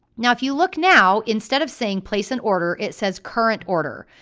now if you look now, instead of saying place an order it says current order,